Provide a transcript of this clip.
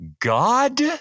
God